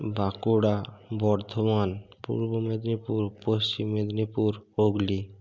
Bankura Bardhaman Purba Medinipur Paschim Medinipur Hooghly